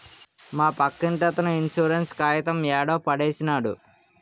మా పక్కింటతను ఇన్సూరెన్స్ కాయితం యాడో పడేసినాడు